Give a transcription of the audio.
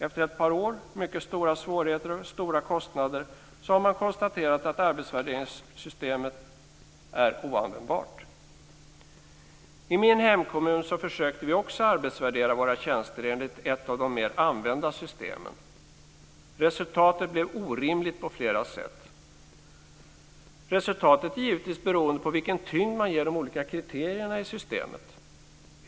Efter ett par år, mycket stora svårigheter och stora kostnader, har man konstaterat att arbetsvärderingssystemet är oanvändbart. I min hemkommun försökte vi också att arbetsvärdera våra tjänster enligt ett av de mer använda systemen. Resultatet blev orimligt på flera sätt. Resultatet är givetvis beroende av vilken tyngd man ger de olika kriterierna i systemet.